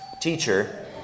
Teacher